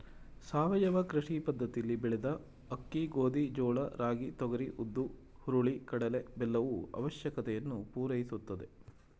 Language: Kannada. ಸಾವಯವ ಕೃಷಿ ಪದ್ದತಿಲಿ ಬೆಳೆದ ಅಕ್ಕಿ ಗೋಧಿ ಜೋಳ ರಾಗಿ ತೊಗರಿ ಉದ್ದು ಹುರುಳಿ ಕಡಲೆ ಬೆಲ್ಲವು ಅವಶ್ಯಕತೆಯನ್ನು ಪೂರೈಸುತ್ತದೆ